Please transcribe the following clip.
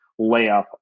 layup